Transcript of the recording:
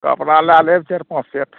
कपड़ा लै लेब चारि पाँच सेट